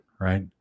right